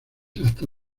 hasta